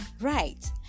Right